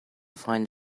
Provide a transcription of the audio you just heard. find